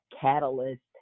catalyst